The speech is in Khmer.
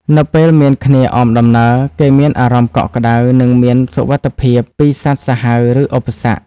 នៅពេលមានគ្នាអមដំណើរ គេមានអារម្មណ៍កក់ក្ដៅ និងមានសុវត្ថិភាពពីសត្វសាហាវ ឬឧបសគ្គ។